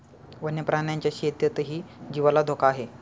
वन्य प्राण्यांच्या शेतीतही जीवाला धोका आहे